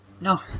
no